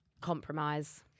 compromise